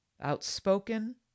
outspoken